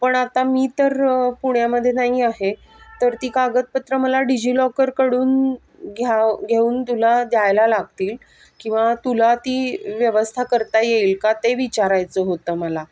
पण आता मी तर पुण्यामध्ये नाही आहे तर ती कागदपत्रं मला डिजिलॉकरकडून घ्याव घेऊन तुला द्यायला लागतील किंवा तुला ती व्यवस्था करता येईल का ते विचारायचं होतं मला